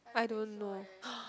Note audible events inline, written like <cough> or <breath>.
I don't know <breath>